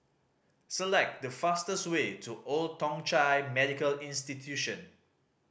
select the fastest way to Old Thong Chai Medical Institution